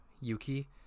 Yuki